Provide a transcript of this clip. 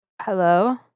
Hello